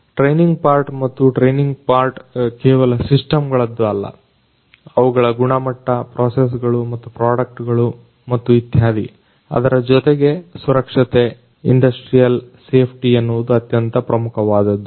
training part ಮತ್ತು training part ಕೇವಲ system ಗಳದ್ದು ಅಲ್ಲ ಅವುಗಳ ಗುಣಮಟ್ಟ ಪ್ರೋಸೆಸ್ ಗಳು ಮತ್ತು ಪ್ರಾಡಕ್ಟ್ ಗಳು ಮತ್ತು ಇತ್ಯಾದಿ ಅದರ ಜೊತೆಗೆ ಸುರಕ್ಷತೆ ಇಂಡಸ್ಟ್ರಿಯಲ್ ಸೇಫ್ಟಿ ಎನ್ನುವುದು ಅತ್ಯಂತ ಪ್ರಮುಖವಾದದ್ದು